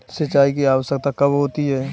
सिंचाई की आवश्यकता कब होती है?